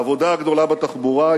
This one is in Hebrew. העבודה הגדולה בתחבורה,